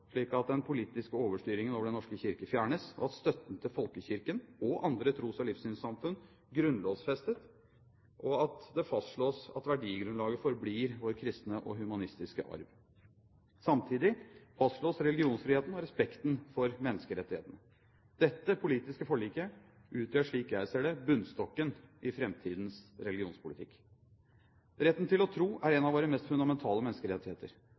slik at den politiske overstyring over Den norske kirke fjernes, at støtten til folkekirken og andre tros- og livssynssamfunn grunnlovsfestes, og at det fastslås at verdigrunnlaget forblir vår kristne og humanistiske arv. Samtidig fastslås religionsfriheten og respekten for menneskerettighetene. Dette politiske forliket utgjør, slik jeg ser det, bunnstokken i framtidens religionspolitikk. Retten til å tro er en av våre mest fundamentale menneskerettigheter.